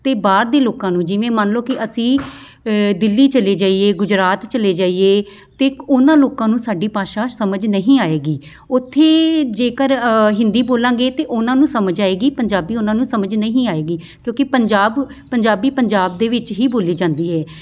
ਅਤੇ ਬਾਹਰ ਦੇ ਲੋਕਾਂ ਨੂੰ ਜਿਵੇਂ ਮੰਨ ਲਉ ਕਿ ਅਸੀਂ ਦਿੱਲੀ ਚਲੇ ਜਾਈਏ ਗੁਜਰਾਤ ਚਲੇ ਜਾਈਏ ਅਤੇ ਉਹਨਾਂ ਲੋਕਾਂ ਨੂੰ ਸਾਡੀ ਭਾਸ਼ਾ ਸਮਝ ਨਹੀਂ ਆਏਗੀ ਉੱਥੇ ਜੇਕਰ ਹਿੰਦੀ ਬੋਲਾਂਗੇ ਅਤੇ ਉਹਨਾਂ ਨੂੰ ਸਮਝ ਆਏਗੀ ਪੰਜਾਬੀ ਉਹਨਾਂ ਨੂੰ ਸਮਝ ਨਹੀਂ ਆਏਗੀ ਕਿਉਂਕਿ ਪੰਜਾਬ ਪੰਜਾਬੀ ਪੰਜਾਬ ਦੇ ਵਿੱਚ ਹੀ ਬੋਲੀ ਜਾਂਦੀ ਹੈ